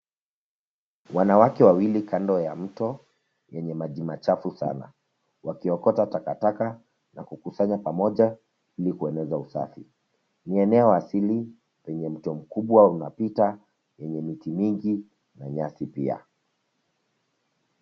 Wanawake wawili kando ya mto yenye maji machafu sana wakiokota takataka na kukusanya pamoja ili kueneza usafi. Ni eneo asili penye mto mkubwa unapita yenye miti mingi na nyasi pia.